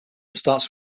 starts